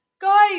guys